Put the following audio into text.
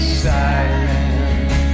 silent